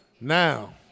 Now